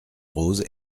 rose